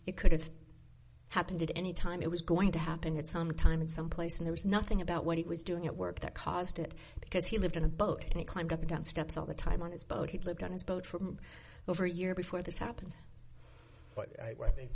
it could happen did any time it was going to happen at some time in some place and there was nothing about what he was doing at work that caused it because he lived in a boat and he climbed up and down steps all the time on his boat he flipped on his boat from over a year before this happened but i think